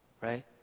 right